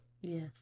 Yes